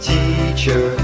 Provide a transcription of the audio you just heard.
Teacher